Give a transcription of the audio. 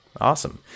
Awesome